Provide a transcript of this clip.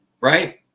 right